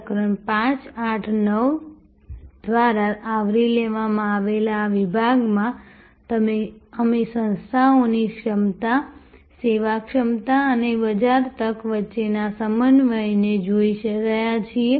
પ્રકરણ 5 8 અને 9 દ્વારા આવરી લેવામાં આવેલા આ વિભાગમાં અમે સંસ્થાઓની ક્ષમતા સેવા ક્ષમતા અને બજાર તક વચ્ચેના સમન્વયને જોઈ રહ્યા છીએ